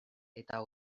eta